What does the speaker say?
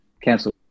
cancel